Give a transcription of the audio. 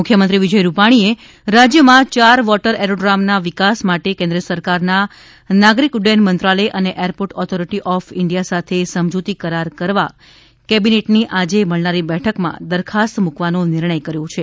મુખ્યમંત્રી વિજય રૂપાણીએ રાજ્યમાં યાર વોટર એરોડ્રોમના વિકાસ માટે કેન્દ્ર સરકારના નાગરિક ઉદ્દયન મંત્રાલય અને એરપોર્ટ ઓથોરિટી ઓફ ઇન્ડિયા સાથે સમજૂતી કરાર કરવા કેબિનેટની આજે મળનારી બેઠકમાં દરખાસ્ત મૂકવાનો નિર્ણય કર્યો છે